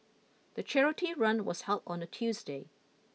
the charity run was held on a Tuesday